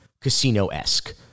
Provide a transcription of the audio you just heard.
casino-esque